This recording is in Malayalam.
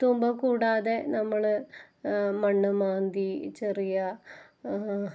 തൂമ്പ കൂടാതെ നമ്മള് മണ്ണ് മാന്തി ചെറിയ